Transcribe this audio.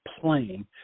playing